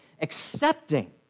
accepting